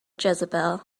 jezebel